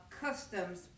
customs